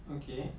okay